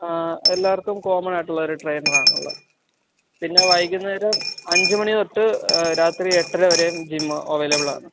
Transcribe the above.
എല്ലാവർക്കും കോമണായിട്ടുള്ള ഒരു ട്രയിനറാണുള്ളത് പിന്നെ വൈകുന്നേരം അഞ്ച് മണി തൊട്ട് രാത്രി എട്ട് അര വരെയും ജിമ്മ് അവൈലബിളാണ്